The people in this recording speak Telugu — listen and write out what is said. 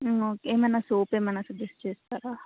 ఓకే ఏమైనా సోప్ ఏమన్నా సజెస్ట్ చేస్తారా